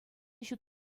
ҫут